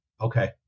Okay